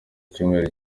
icyumweru